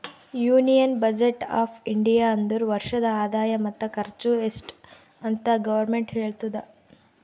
union budget of India ಅಂದುರ್ ವರ್ಷದ ಆದಾಯ ಮತ್ತ ಖರ್ಚು ಎಸ್ಟ್ ಅಂತ್ ಗೌರ್ಮೆಂಟ್ ಹೇಳ್ತುದ